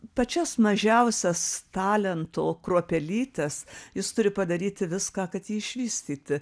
pačias mažiausias talento kruopelytes jis turi padaryti viską kad jį išvystyti